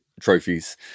trophies